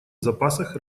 запасах